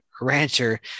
rancher